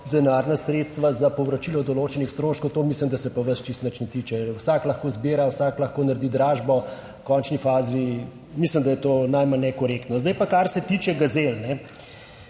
denarna sredstva za povračilo določenih stroškov, to mislim, da se pri vas čisto nič ne tiče. Vsak lahko zbira, vsak lahko naredi dražbo. V končni fazi mislim, da je to najmanj nekorektno. Zdaj pa kar se tiče gazel,